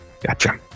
gotcha